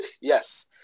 Yes